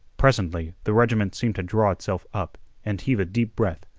presently, the regiment seemed to draw itself up and heave a deep breath.